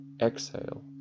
exhale